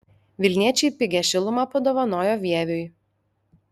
vilniečiai pigią šilumą padovanojo vieviui